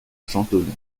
chantonnay